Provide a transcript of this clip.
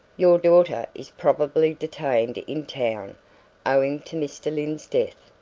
your daughter is probably detained in town owing to mr. lyne's death,